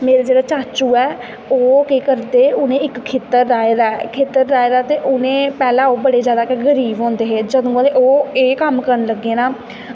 मेरे जेह्ड़े चाचू ऐ ओह् केह् करदे उ'नैं इक खेत्तर लाए दा ऐ खेत्तर लाए दा ते उ'नैं पैह्लें ओह् बड़े जादा गरीब होंदे हे हून ओह् एह् कम्म करन लगे न